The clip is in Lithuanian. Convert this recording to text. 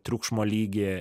triukšmo lygį